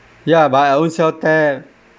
ya but I ownself tap